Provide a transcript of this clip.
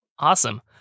Awesome